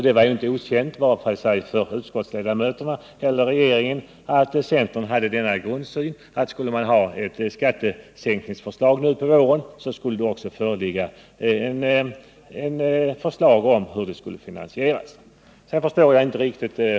Det var ju inte okänt vare sig för utskottsledamöterna eller för regeringen att centern hade den grundsynen att ett skattesänkningsförslag nu på våren förutsatte ett förslag om hur skattesänkningen skulle finansieras.